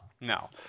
No